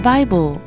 Bible